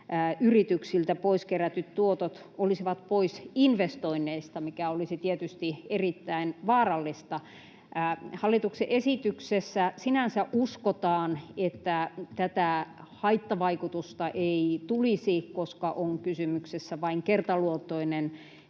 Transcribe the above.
yrityksiltä pois kerätyt tuotot olisivat pois investoinneista, mikä olisi tietysti erittäin vaarallista. Hallituksen esityksessä sinänsä uskotaan, että tätä haittavaikutusta ei tulisi, koska on kysymyksessä vain kertaluontoinen